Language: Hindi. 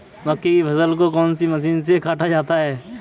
मक्के की फसल को कौन सी मशीन से काटा जाता है?